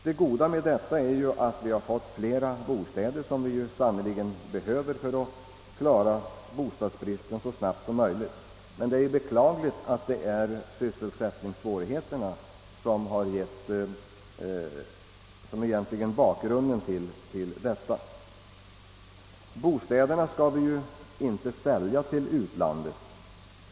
Det goda med detta är att vi har fått flera bostäder — något som vi sannerligen behöver för att kunna klara av bostadsbristen så snabbt som möjligt — men det är beklagligt att sysselsättningssvårigheterna är den egentliga orsaken. Bostäderna skall vi ju inte sälja till utlandet.